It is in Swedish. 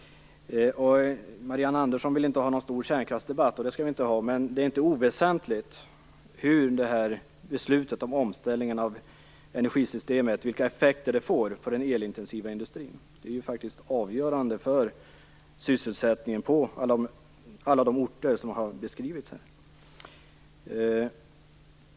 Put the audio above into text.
Marianne Andersson vill inte ha någon stor kärnkraftsdebatt. Det skall vi inte heller ha. Men det är inte oväsentligt vilka effekter det här beslutet om omställning av energisystemet får för den elintensiva industrin. Det är faktiskt avgörande för sysselsättningen på alla de orter som har beskrivits här.